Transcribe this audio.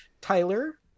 tyler